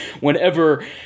whenever